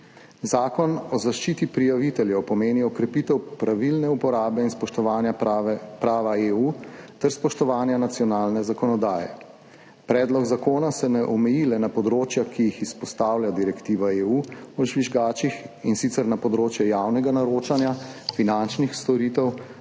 Zakon o zaščiti prijaviteljev pomeni okrepitev pravilne uporabe in spoštovanja prava EU ter spoštovanja nacionalne zakonodaje. Predlog zakona se ne omeji le na področja, ki jih izpostavlja direktiva EU o žvižgačih, in sicer na področje javnega naročanja, finančnih storitev,